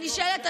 כל אלה